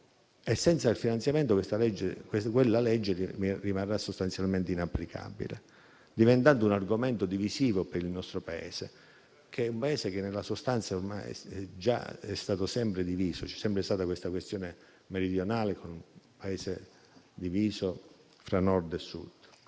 E, senza il finanziamento, quella legge rimarrà sostanzialmente inapplicabile, diventando un argomento divisivo per il nostro Paese, che nella sostanza è stato sempre diviso e c'è sempre stata la questione meridionale: un Paese diviso fra Nord e Sud.